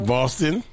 Boston